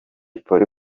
polly